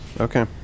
Okay